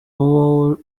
uwo